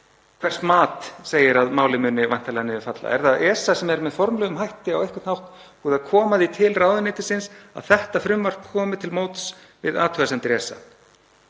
Hvers mat segir að málið muni væntanlega niður falla? Er það ESA sem er með formlegum hætti á einhvern hátt búið að koma því til ráðuneytisins að þetta frumvarp komi til móts við athugasemdir ESA?